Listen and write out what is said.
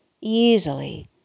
easily